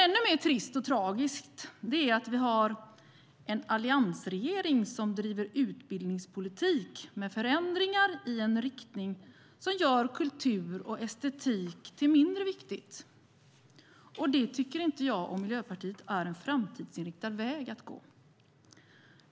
Ännu mer trist och tragiskt är att vi har en alliansregering som driver utbildningspolitik med förändringar i en riktning som gör kultur och estetik mindre viktigt. Det tycker jag och Miljöpartiet inte är en framtidsinriktad väg att gå.